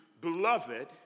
Beloved